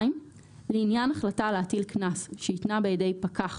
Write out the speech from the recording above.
לעניין החלטה להטיל קנס שניתנה בידי פקח